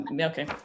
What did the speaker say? okay